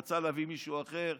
רצה להביא מישהו אחר,